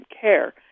care